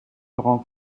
rends